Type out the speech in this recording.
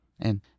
and